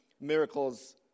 miracles